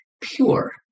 pure